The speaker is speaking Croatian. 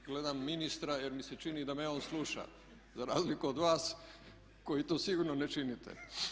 Gledam ministra jer mi se čini da me on sluša za razliku od vas koji to sigurno ne činite.